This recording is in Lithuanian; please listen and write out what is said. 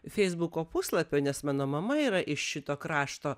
feisbuko puslapio nes mano mama yra iš šito krašto